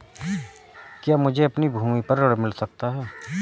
क्या मुझे अपनी भूमि पर ऋण मिल सकता है?